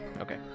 okay